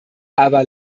aber